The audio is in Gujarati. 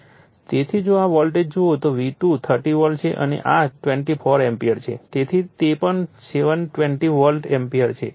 તેથી જો આ વોલ્ટેજ જુઓ તો V2 30 વોલ્ટ છે અને આ 24 એમ્પીયર છે તેથી તે પણ 720 વોલ્ટ એમ્પીયર છે